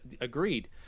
agreed